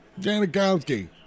Janikowski